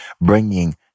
bringing